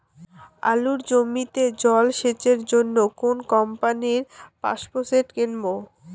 আলুর জমিতে জল সেচের জন্য কোন কোম্পানির পাম্পসেট কিনব?